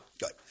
Good